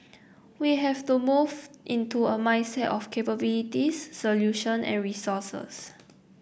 we have to move into a mindset of capabilities solution and resources